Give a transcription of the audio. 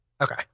okay